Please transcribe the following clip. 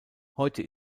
heute